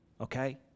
Okay